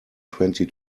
twenty